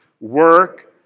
Work